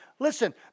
Listen